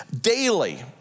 daily